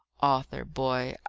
arthur, boy,